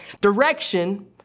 direction